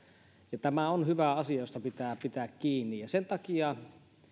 tämä on hyvä asia josta pitää pitää kiinni sen takia